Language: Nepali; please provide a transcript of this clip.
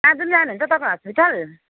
आज पनि जानुहुन्छ तपाईँ हस्पिटल